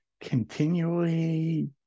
continually